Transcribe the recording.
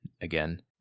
again